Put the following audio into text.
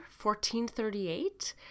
1438